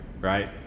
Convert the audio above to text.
right